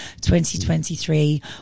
2023